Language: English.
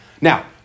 now